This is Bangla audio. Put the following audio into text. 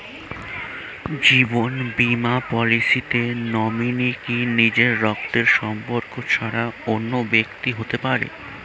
জীবন বীমা পলিসিতে নমিনি কি নিজের রক্তের সম্পর্ক ছাড়া অন্য ব্যক্তি হতে পারে?